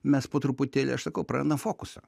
mes po truputėlį aš sakau prarandam fokusą